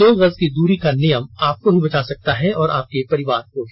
दो गज की दूरी का नियम आपको भी बचा सकता है और आपके परिवार को भी